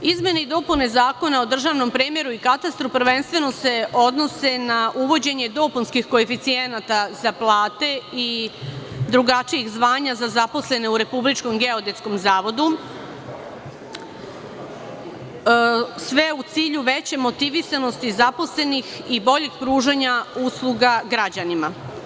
Izmene i dopune Zakona o državnom premeru i katastru prvenstveno se odnose na uvođenje dopunskih koeficijenata za plate i drugačijih zvanja za zaposlene u Republikom geodetskom zavodu, sve u cilju veće motivisanosti zaposlenih i boljih pružanja usluga građanima.